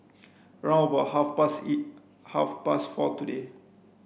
round about half past E half past four today